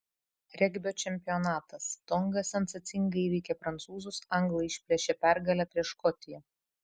regbio čempionatas tonga sensacingai įveikė prancūzus anglai išplėšė pergalę prieš škotiją